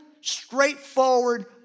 straightforward